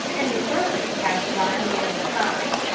and the circus passed by on the other side.